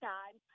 time